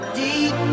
deep